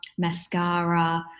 Mascara